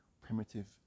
primitive